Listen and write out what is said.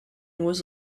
was